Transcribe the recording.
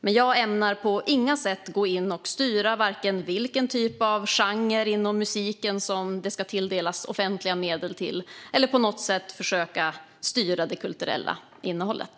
Men jag ämnar på inga sätt vare sig gå in och styra vilken typ av genre inom musiken som ska tilldelas offentliga medel eller försöka styra det kulturella innehållet.